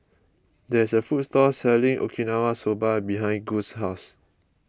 there is a food court selling Okinawa Soba behind Gus' house